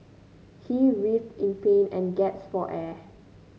he writhed in pain and gasped for air